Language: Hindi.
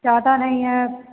ज्यादा नहीं है